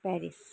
Paris